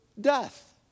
death